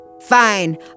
Fine